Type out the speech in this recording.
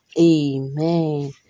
Amen